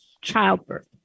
childbirth